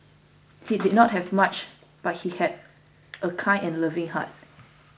he did not have much but he had a kind and loving heart